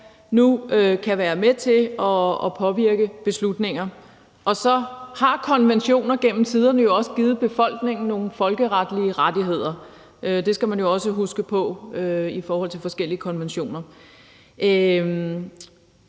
nu kan være med til at påvirke beslutninger. Og så har konventioner gennem tiderne jo også givet befolkningen nogle folkeretlige rettigheder. Det skal man jo også huske på i forhold til forskellige konventioner. Jeg